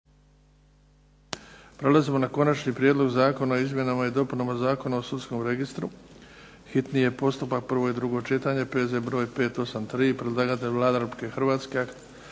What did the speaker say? Prelazimo na - Konačni prijedlog zakona o izmjenama i dopunama Zakona o sudskom registru, hitni postupak, prvo i drugo čitanje, P.Z. br. 583 Predlagatelj Vlada Republike Hrvatske.